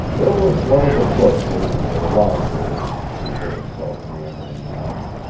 there was one of the books over to the lib'ry, he heard himself meandering on,